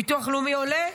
ביטוח לאומי עולה,